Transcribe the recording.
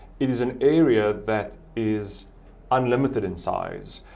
it is an area that is unlimited in size.